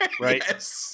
Right